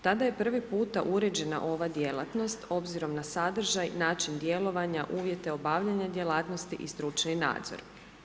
Tada je prvi puta uređena ova djelatnost obzirom na sadržaj, način djelovanja, uvjete obavljanja djelatnosti i stručni nadzor.